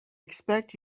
expect